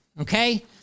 Okay